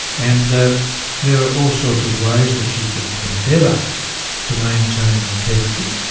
and ah there are all sorts of ways that you can endeavour to maintain integrity,